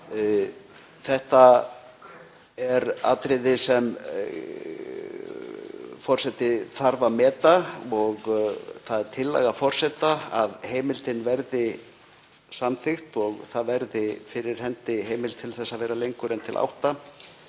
Þetta er atriði sem forseti þarf að meta. Það er tillaga forseta að heimildin verði samþykkt og það verði fyrir hendi heimild til að vera lengur en til kl.